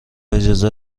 اجازه